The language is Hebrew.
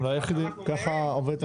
אתם לא היחידים, ככה זה עובד.